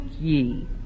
ye